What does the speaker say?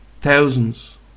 thousands